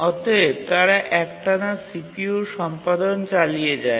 অতএব তারা একটানা CPU সম্পাদন চালিয়ে যায়